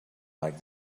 like